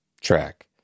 track